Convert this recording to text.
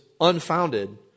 unfounded